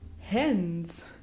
hens